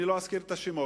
אני לא אזכיר את השמות.